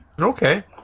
okay